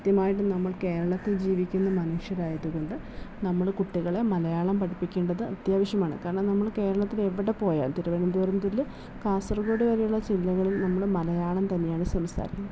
കൃത്യമായിട്ടും നമ്മൾ കേരളത്തിൽ ജീവിക്കുന്ന മനുഷ്യരായത് കൊണ്ട് നമ്മൾ കുട്ടികളെ മലയാളം പഠിപ്പിക്കേണ്ടത് അത്യാവശ്യമാണ് കാരണം നമ്മൾ കേരളത്തിലെവിടെപ്പോയാലും തിരുവനന്തപുരം മുതൽ കാസർഗോഡ് വരെയുള്ള ജില്ലകളിൽ നമ്മൾ മലയാളം തന്നെയാണ് സംസാരിക്കുന്നത്